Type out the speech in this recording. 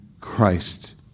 Christ